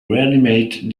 reanimate